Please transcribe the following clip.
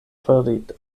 farita